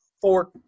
four